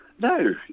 No